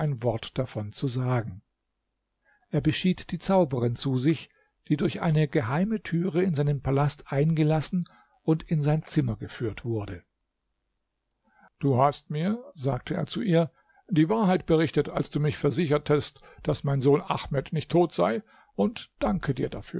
wort davon zu sagen er beschied die zauberin zu sich die durch eine geheime türe in seinen palast eingelassen und in sein zimmer geführt wurde du hast mir sagte er zu ihr die wahrheit berichtet als du mich versichertest daß mein sohn ahmed nicht tot sei und danke dir